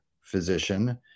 physician